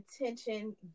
intention